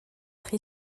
être